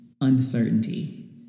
uncertainty